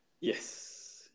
Yes